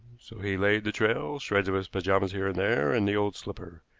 so he laid the trail, shreds of his pajamas here and there, and the old slipper.